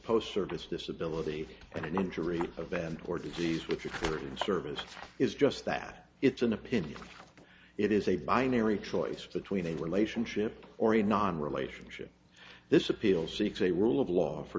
post service disability and an injury event or disease which occurred in service is just that it's an opinion it is a binary choice between a relationship or a non relationship this appeal seeks a world of law for